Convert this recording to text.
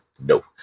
No